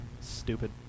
Stupid